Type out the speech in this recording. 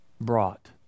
brought